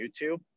YouTube